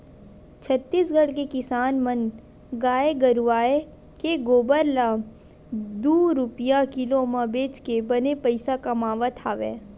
छत्तीसगढ़ के किसान मन गाय गरूवय के गोबर ल दू रूपिया किलो म बेचके बने पइसा कमावत हवय